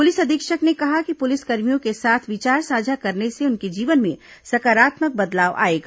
police अधीक्षक ने कहा कि पुलिसकर्मियों के साथ विचार साझा करने से उनके जीवन में सकारात्मक बदलाव आएगा